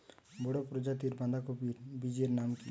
বড় প্রজাতীর বাঁধাকপির বীজের নাম কি?